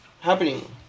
happening